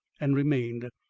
and remained.